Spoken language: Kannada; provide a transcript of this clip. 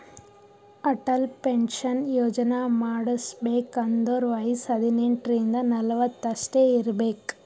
ಅಟಲ್ ಪೆನ್ಶನ್ ಯೋಜನಾ ಮಾಡುಸ್ಬೇಕ್ ಅಂದುರ್ ವಯಸ್ಸ ಹದಿನೆಂಟ ರಿಂದ ನಲ್ವತ್ ಅಷ್ಟೇ ಇರ್ಬೇಕ್